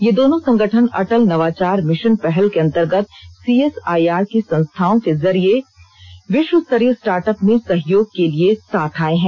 ये दोनों संगठन अटल नवाचार मिशन पहल के अंतर्गत सी एस आई आर की संस्थाओं के जरिये विश्वस्तरीय स्टार्ट अप में सहयोग के लिये साथ आए हैं